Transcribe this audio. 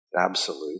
absolute